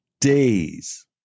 days